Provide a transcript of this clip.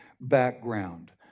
background